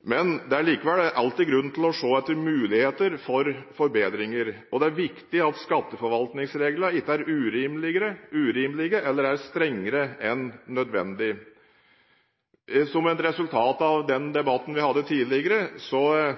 men det er likevel alltid grunn til å se etter muligheter for forbedringer. Det er viktig at skatteforvaltningsreglene ikke er urimelige eller strengere enn nødvendig. Som et resultat av den debatten vi hadde tidligere,